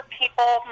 people